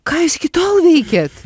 ką jūs iki tol veikėt